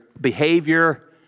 behavior